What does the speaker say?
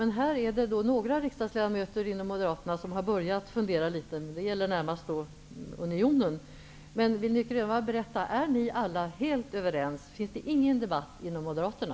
I Sverige har några ledamöter inom Moderaterna börjat fundera litet, men det gäller närmast unionen. Är ni alla helt överens, Nic Grönvall? Finns det ingen debatt inom Moderaterna?